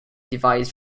device